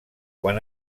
quan